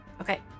Okay